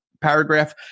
paragraph